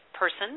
person